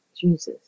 Jesus